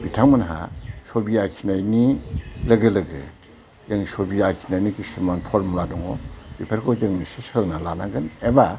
बिथांमोनहा सबि आखिनायनि लोगो लोगो जों सबि आखिनायनि किसुमान फरमुला दङ बेफोरखौ जों इसे सोलोंना लानांगोन एबा